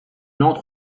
entre